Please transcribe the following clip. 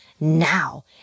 now